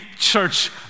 Church